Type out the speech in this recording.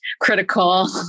critical